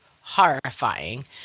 horrifying